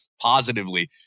positively